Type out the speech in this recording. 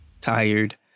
tired